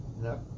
No